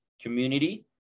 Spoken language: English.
community